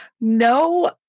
no